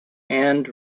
and